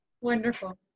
Wonderful